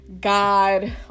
god